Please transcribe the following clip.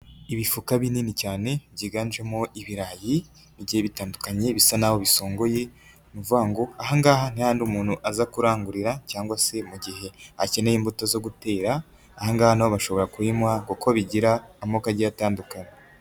Ibifuka binini cyane byiganjemo ibirayi igiye bitandukanye, bisa n'aho bisongoye, ni ukuvuga ngo ahangaha ni hahandi muntu aza kurangurira cyangwa se mu gihe akeneye imbuto zo gutera, ahangaha bashobora kuyimuha kuko bigira amoko agiye atandukanye.